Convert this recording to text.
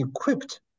equipped